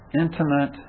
intimate